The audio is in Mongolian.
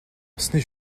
усны